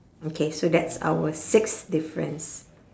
okay so that's our sixth difference